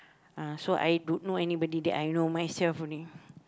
uh so I don't know anybody there I know myself only